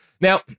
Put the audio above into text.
now